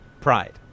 pride